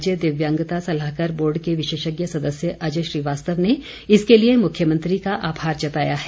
राज्य दिव्यांगता सलाहकार बोर्ड के विशेषज्ञ सदस्य अजय श्रीवास्तव ने इसके लिए मुख्यमंत्री का आभार जताया है